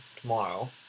tomorrow